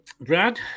Brad